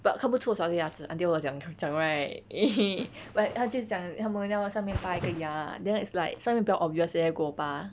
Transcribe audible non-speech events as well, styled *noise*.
but 看不出我少个牙齿 until 我讲讲 right *noise* but 他就讲他们要下面拔一个牙 then it's like 上面比较 obvious leh 如果我拔